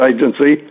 Agency